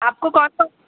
आपको कौन कौन